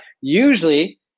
usually